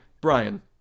Brian